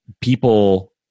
people